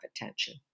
attention